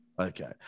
Okay